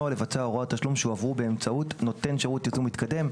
לבצע הוראות תשלום שהועברו באמצעות נותן שירות ייזום מתקדם".